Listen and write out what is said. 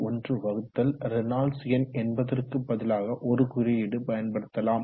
51 வகுத்தல் ரேனால்ட்ஸ் எண் என்பதற்கு பதிலாக ஒரு குறியீடு பயன்படுத்தலாம்